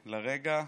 לרגע,